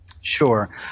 Sure